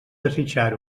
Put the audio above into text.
desitjar